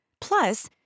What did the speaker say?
Plus